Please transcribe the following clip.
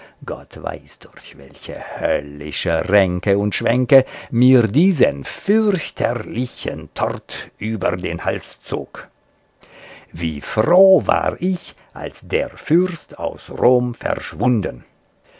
gott weiß durch welche höllische ränke und schwänke mir diesen fürchterlichen tort über den hals zog wie froh war ich als der fürst aus rom verschwunden